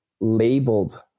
labeled